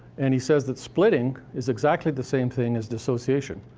and he says that splitting is exactly the same thing as dissociation,